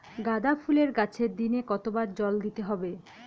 গাদা ফুলের গাছে দিনে কতবার জল দিতে হবে?